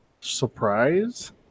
surprise